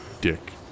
Dick